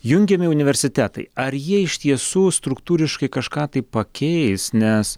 jungiami universitetai ar jie iš tiesų struktūriškai kažką tai pakeis nes